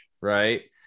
right